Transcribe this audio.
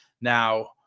now